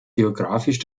geografisch